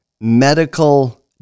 medical